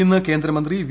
ഇന്ന് കേന്ദ്രമന്ത്രി വി